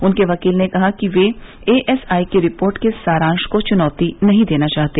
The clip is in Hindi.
उनके वकील ने कहा कि ये एएसआई की रिपोर्ट के सारांश को चुनौती नहीं देना चाहते